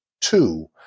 two